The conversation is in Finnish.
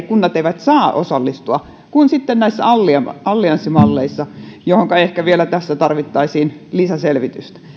kunnat eivät saa enää osallistua kuin sitten näissä allianssimalleissa joihinka ehkä vielä tarvittaisiin lisäselvitystä